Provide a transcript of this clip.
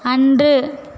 அன்று